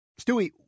Stewie